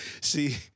See